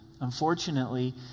Unfortunately